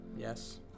Yes